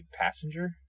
passenger